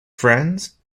friends